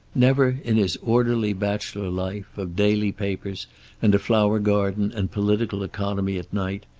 never, in his orderly bachelor life, of daily papers and a flower garden and political economy at night,